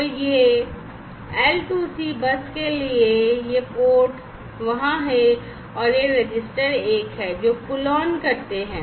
तो यह I2C bus के लिए है ये पोर्ट वहां हैं और ये रजिस्टर एक हैं जो पुल ऑन करते हैं